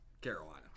Carolina